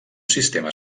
sistema